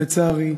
לצערי,